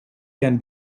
can